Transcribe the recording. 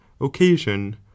occasion